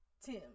Tim